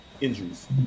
injuries